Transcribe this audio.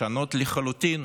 לשנות לחלוטין